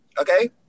Okay